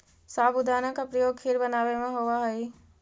साबूदाना का प्रयोग खीर बनावे में होवा हई